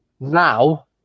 now